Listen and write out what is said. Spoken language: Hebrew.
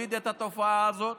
להוריד את התופעה הזאת.